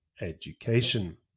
education